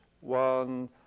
one